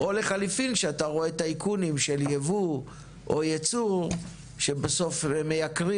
או לחליפין שאתה רואה טייקונים של יבוא או ייצור שבסוף מייקרים